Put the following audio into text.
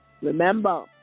Remember